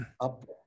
up